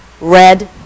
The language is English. red